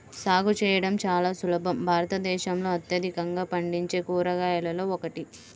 సాగు చేయడం చాలా సులభం భారతదేశంలో అత్యధికంగా పండించే కూరగాయలలో ఒకటి